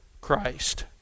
Christ